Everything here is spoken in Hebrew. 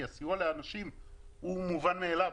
כי הסיוע לאנשים הוא מובן מאליו.